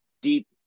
deep